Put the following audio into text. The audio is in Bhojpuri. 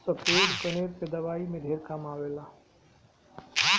सफ़ेद कनेर के दवाई में ढेर काम आवेला